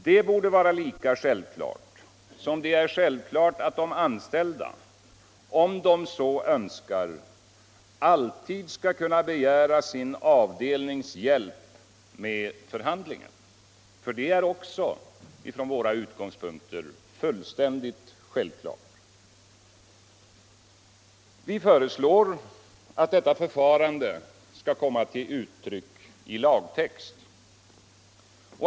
Det borde vara lika självklart som att de anställda — om de så önskar — skall kunna begära sin avdelnings hjälp med förhandlingen. Det är också från våra utgångspunkter fullständigt självklart. Vi föreslår att detta förfarande skall komma till uttryck i lagtext.